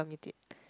omit it